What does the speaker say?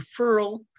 referral